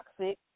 toxic